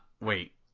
Wait